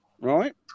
Right